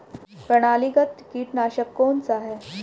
प्रणालीगत कीटनाशक कौन सा है?